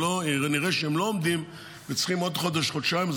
נראה שהם לא עומדים וצריכים עוד חודש חודשיים אז